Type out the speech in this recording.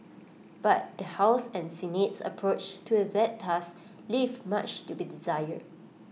but the house and Senate's approach to that task leave much to be desired